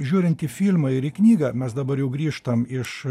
žiūrint į filmą ir į knygą mes dabar jau grįžtam iš